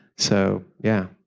so yeah,